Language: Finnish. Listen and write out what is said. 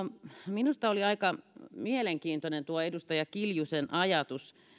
minusta oli aika mielenkiintoinen tuo edustaja kiljusen ajatus